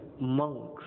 monks